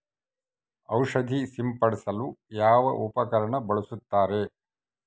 ಔಷಧಿ ಸಿಂಪಡಿಸಲು ಯಾವ ಉಪಕರಣ ಬಳಸುತ್ತಾರೆ?